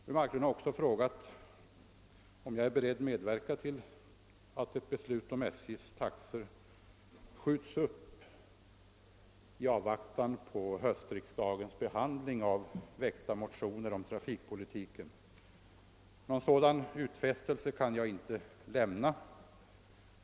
Fru Marklund återkommer till frågan, om jag är beredd att medverka till att beslutet om SJ:s taxor skjuts upp i avvaktan på höstriksdagens behandling av väckta motioner om trafikpolitiken. Någon sådan utfästelse kan jag inte lämna.